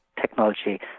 technology